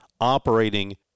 operating